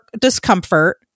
discomfort